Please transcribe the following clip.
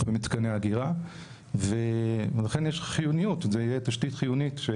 במתקני אגירה ולכן יש חיוניות בתשתית חיונית.